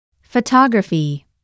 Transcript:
Photography